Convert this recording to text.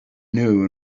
knew